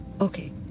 Okay